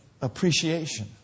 Appreciation